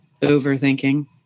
overthinking